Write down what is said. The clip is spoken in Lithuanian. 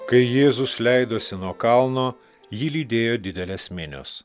kai jėzus leidosi nuo kalno jį lydėjo didelės minios